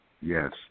Yes